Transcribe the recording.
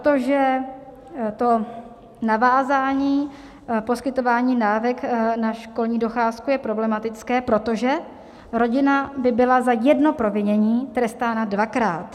Protože to navázání poskytování dávek na školní docházku je problematické, protože rodina by byla za jedno provinění trestána dvakrát.